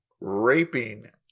raping